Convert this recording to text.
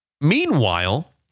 Meanwhile